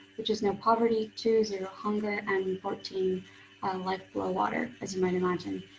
which is no poverty two zero hunger and fourteen um life below water as you might imagine.